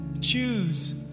choose